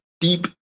deep